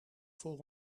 voor